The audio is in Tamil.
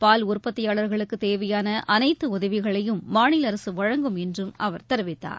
பால் உற்பத்தியாளர்களுக்கு தேவையான அனைத்து உதவிகளையும் மாநில அரசு வழங்கும் என்றும் அவர் தெரிவித்தார்